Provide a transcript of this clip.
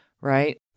right